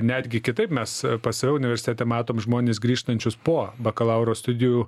netgi kitaip mes pas save universitete matom žmones grįžtančius po bakalauro studijų